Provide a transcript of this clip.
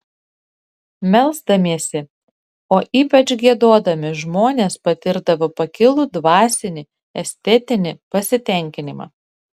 melsdamiesi o ypač giedodami žmonės patirdavo pakilų dvasinį estetinį pasitenkinimą